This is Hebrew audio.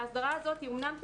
ההסדרה הזאת היא אומנם טכנית,